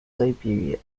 siberia